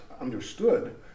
understood